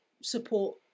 support